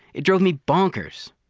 it drove me bonkers.